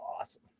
awesome